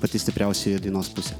pati stipriausioji dainos pusė